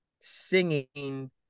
singing